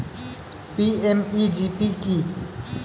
PMEGP কি?